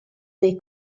dei